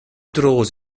draws